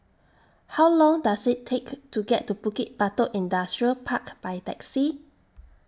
How Long Does IT Take to get to Bukit Batok Industrial Park By Taxi